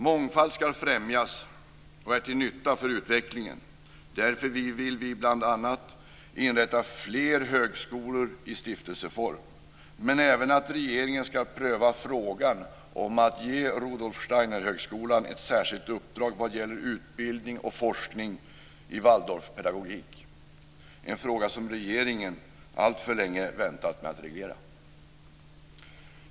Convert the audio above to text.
Mångfald ska främjas och är till nytta för utvecklingen. Därför vill vi bl.a. inrätta fler högskolor i stiftelseform, men även att regeringen ska pröva frågan om att ge Rudolf Steiner-högskolan ett särskilt uppdrag vad gäller utbildning och forskning i Waldorfpedagogik - en fråga som regeringen alltför länge väntat med att reglera.